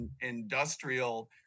industrial